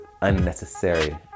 unnecessary